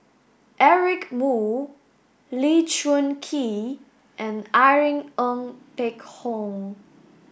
Eric Moo Lee Choon Kee and Irene Ng Phek Hoong